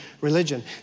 religion